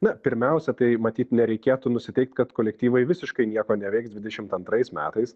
na pirmiausia tai matyt nereikėtų nusiteikt kad kolektyvai visiškai nieko neveiks dvidešimt antrais metais